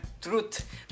truth